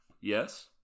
Yes